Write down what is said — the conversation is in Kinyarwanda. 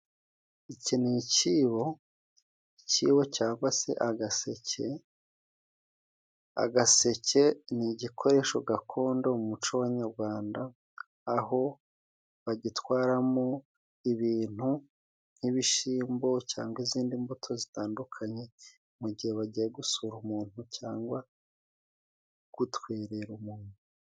Iki ni icyibo, icyibo cyangwa se agaseke. Agaseke ni igikoresho gakondo mu muco w'Abanyarwanda aho bagitwaramo ibintu nk'ibishishyimbo, cyangwa izindi mbuto zitandukanye, mu gihe bagiye gusura umuntu cyangwa gutwerera umuntu.